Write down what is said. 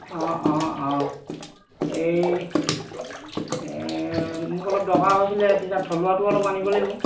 অঁ অঁ অঁ এই মোক অলপ দৰকাৰ হৈছিলে তেতিয়া থলুৱাটো অলপ আনিব লাগিব